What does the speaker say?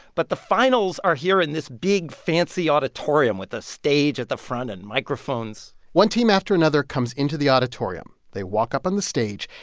but the finals are here in this big, fancy auditorium with a stage at the front and microphones one team after another comes into the auditorium. they walk up on the stage,